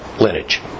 lineage